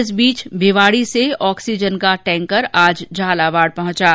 इस बीच भिवाड़ी से ऑक्सीजन का टैंकर आज झालावाड़ पहुंच गया है